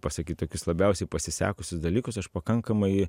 pasakyt tokius labiausiai pasisekusius dalykus aš pakankamai